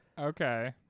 okay